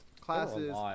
classes